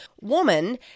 woman